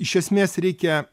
iš esmės reikia